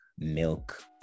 milk